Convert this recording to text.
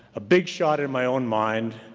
a big shot in my own mind,